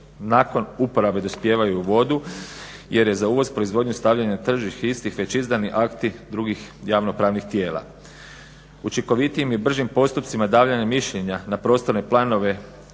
nakon uporabe dospijevaju u vodu jer je za uvoz proizvodnje stavljanja na tržište istih, već izdani akti drugih javnopravnih tijela. Učinkovitijim i bržim postupcima davanja mišljenja na prostorne planove